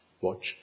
watch